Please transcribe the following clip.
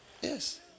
Yes